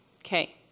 Okay